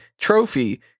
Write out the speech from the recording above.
trophy